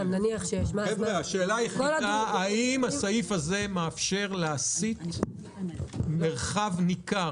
השאלה היחידה היא: האם הסעיף הזה מאפשר להסיט מרחב ניכר